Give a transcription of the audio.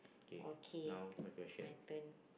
okay my turn